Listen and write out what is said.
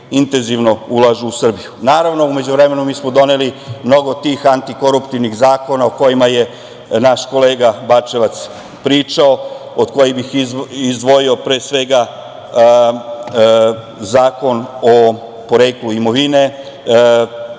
intenzivno ulažu u Srbiju? Naravno, u međuvremenu mi smo doneli mnogo tih antikoruptivnih zakona o kojima je naš kolega Bačevac pričao, od kojih bih pre svega izdvojio Zakon o poreklu imovine,